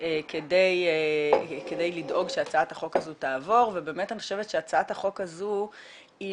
כדי לדאוג שהצעת החוק הזו תעבור ובאמת אני חושבת שהצעת החוק הזו למעשה